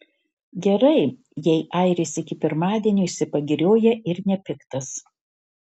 gerai jei airis iki pirmadienio išsipagirioja ir nepiktas